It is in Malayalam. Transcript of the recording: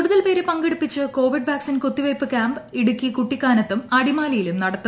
കൂടുതൽ പേരെ പങ്കെടുപ്പിച്ച് കോവിഡ് വാക്സിൻ കുത്തിവയ്പ്പ് ക്യാമ്പ് ഇടുക്കി കുട്ടിക്കാനത്തും അടിമാലിയിലും നടത്തും